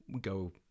go